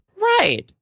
Right